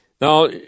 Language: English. Now